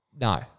No